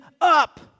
up